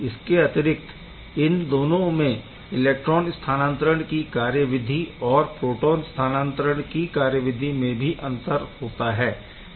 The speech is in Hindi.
इसके अतिरिक्त इन दोनों में इलेक्ट्रॉन स्थानांतरण की कार्यविधि और प्रोटोन स्थानांतरण की कार्यविधि में भी बहुत अंतर होता है